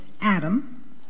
Adam